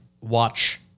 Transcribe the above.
watch